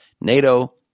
NATO